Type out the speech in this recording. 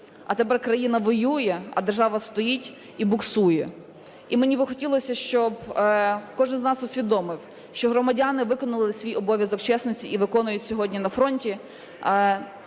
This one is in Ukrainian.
а тепер країна воює, а держава стоїть і буксує. І мені би хотілося, щоб кожний з нас усвідомив, що громадяни виконали свій обов'язок чесності і виконують сьогодні на фронті,